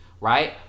right